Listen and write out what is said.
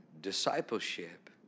Discipleship